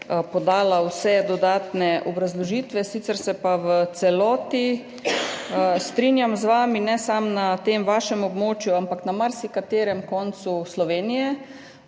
podala vse dodatne obrazložitve, sicer se pa v celoti strinjam z vami, ne samo na tem vašem območju, ampak na marsikaterem koncu Slovenije,